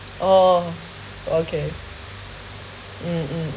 oh okay mm mm